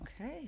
Okay